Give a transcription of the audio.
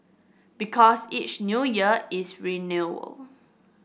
because each New Year is renewal